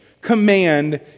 command